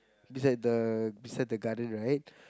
beside the beside the garden right